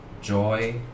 joy